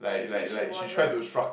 she said she wasn't